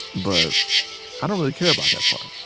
but i don't really care about that part.